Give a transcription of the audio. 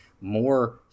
more